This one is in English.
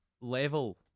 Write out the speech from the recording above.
level